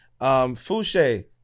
Fouché